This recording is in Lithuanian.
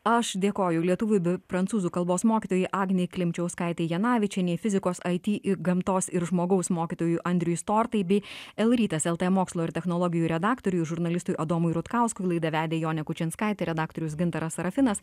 aš dėkoju lietuvių prancūzų kalbos mokytojai agnė klimčiauskaitei janavičienei fizikos it gamtos ir žmogaus mokytojui andriui stortai bei el rytas el t mokslo ir technologijų redaktoriui žurnalistui adomui rutkauskui laidą vedė jonė kučinskaitė redaktorius gintaras serafinas